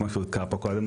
כמו שהוזכר פה קודם,